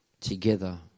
together